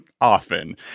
often